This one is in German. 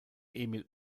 emil